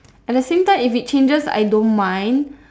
at the same time if it changes I don't mind